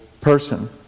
person